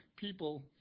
people